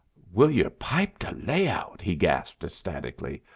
will yer pipe de layout! he gasped ecstatically.